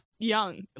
Young